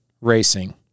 racing